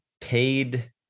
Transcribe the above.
paid